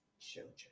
children